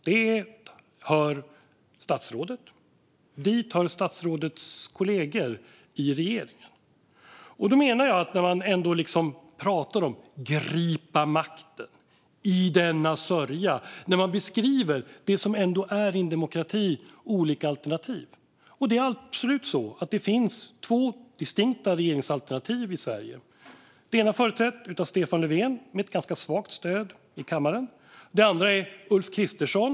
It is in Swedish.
Dit hör statsrådet, och dit hör statsrådets kollegor i regeringen. Här pratar man om att "gripa makten" och "i denna sörja" för att beskriva olika alternativ i en demokrati. Det är absolut så: Det finns två distinkta regeringsalternativ i Sverige. Det ena företräds av Stefan Löfven med ett ganska svagt stöd i kammaren. Det andra är Ulf Kristersson.